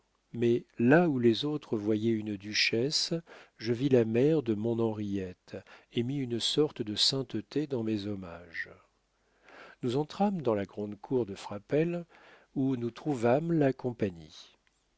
mais là où les autres voyaient une duchesse je vis la mère de mon henriette et mis une sorte de sainteté dans mes hommages nous entrâmes dans la grande cour de frapesle où nous trouvâmes la compagnie